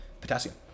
potassium